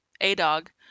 A-Dog